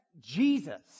Jesus